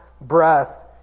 breath